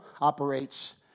operates